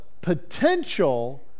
potential